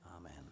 Amen